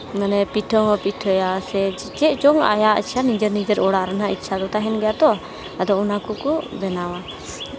ᱢᱟᱱᱮ ᱯᱤᱴᱷᱟᱹ ᱦᱚᱸ ᱯᱤᱴᱷᱟᱹᱭᱟ ᱥᱮ ᱪᱮᱫ ᱪᱚᱝ ᱟᱭᱟᱜ ᱥᱮ ᱱᱤᱡᱮᱨ ᱱᱤᱡᱮᱨ ᱚᱲᱟᱜ ᱨᱮᱱᱟᱜ ᱤᱪᱪᱷᱟ ᱫᱚ ᱛᱟᱦᱮᱱ ᱜᱮᱭᱟ ᱛᱚ ᱟᱫᱚ ᱚᱱᱟ ᱠᱚᱠᱚ ᱵᱮᱱᱟᱣᱟ